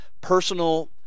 personal